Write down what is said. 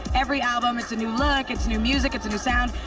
every album, it's a new look. it's new music. it's a new sound.